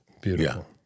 Beautiful